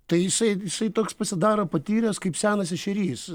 tai jisai jisai toks pasidaro patyręs kaip senas ešerys